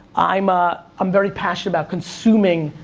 i'm, ah i'm very passionate about consuming